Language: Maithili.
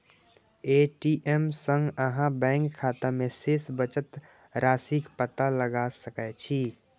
ए.टी.एम सं अहां बैंक खाता मे शेष बचल राशिक पता लगा सकै छी